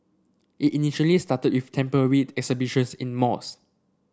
it initially started with temporary exhibitions in malls